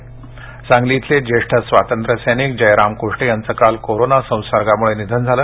निधन सांगली इथले जेष्ठ स्वातंत्र्य सैनिक जयराम कुष्टे यांचं काल कोरोना संसर्गामुळे निधन झालं